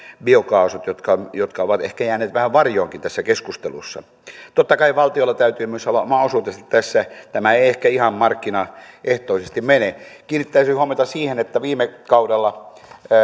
biokaasut jotka jotka ovat ehkä jääneet vähän varjoonkin tässä keskustelussa totta kai valtiolla täytyy myös olla mahdollisuutensa tässä tämä ei ei ehkä ihan markkinaehtoisesti mene kiinnittäisin huomiota siihen että viime kaudella